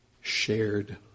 shared